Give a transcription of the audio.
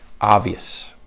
obvious